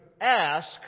ask